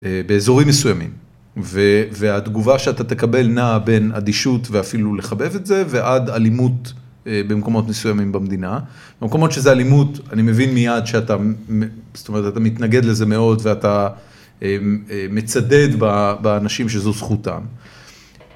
באזורים מסוימים, והתגובה שאתה תקבל נאה בין אדישות ואפילו לחבב את זה ועד אלימות במקומות מסוימים במדינה, במקומות שזו אלימות אני מבין מיד שאתה זאת אומרת אתה מתנגד לזה מאוד ואתה מצדד באנשים שזו זכותם